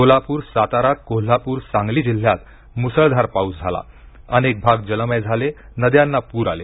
सोलापूर सातारा कोल्हापूर सांगली जिल्ह्यात मुसळधार पाऊस झाला अनेक भाग जलमय झाले नद्यांना पूर आले